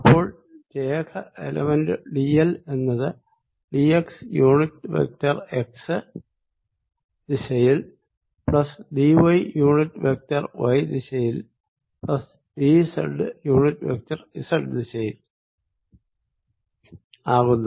അപ്പോൾ രേഖ element D L എന്നത് D X unit vector X ദിശയിൽ plus D Y unit vector Y ദിശയിൽ plus D Z unit vector Z ദിശയിൽ ആകുന്നു